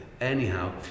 Anyhow